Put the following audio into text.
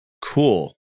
cool